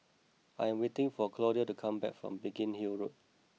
I am waiting for Claudio to come back from Biggin Hill Road